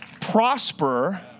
prosper